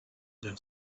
then